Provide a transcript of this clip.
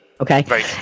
Okay